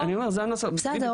אני אומר, בדיוק.